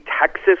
Texas